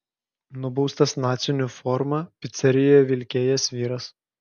nubaustas nacių uniformą picerijoje vilkėjęs vyras